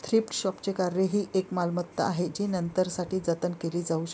thrift शॉपचे कार्य ही एक मालमत्ता आहे जी नंतरसाठी जतन केली जाऊ शकते